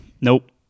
Nope